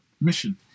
mission